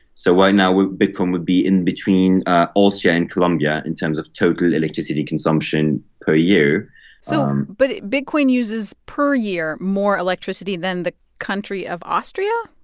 so right now bitcoin would be in between austria and colombia in terms of total electricity consumption per year so um but bitcoin uses per year more electricity than the country of austria?